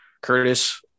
Curtis